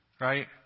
Right